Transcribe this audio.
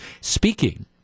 Speaking